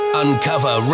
uncover